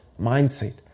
mindset